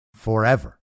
forever